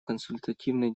консультативной